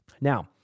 Now